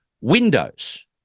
windows